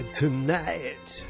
tonight